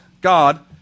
God